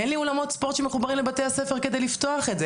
אין לי אולמות ספורט שמחוברים לבתי הספר כדי לפתוח את זה.